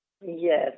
Yes